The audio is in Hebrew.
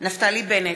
נפתלי בנט,